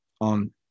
on